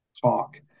talk